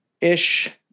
ish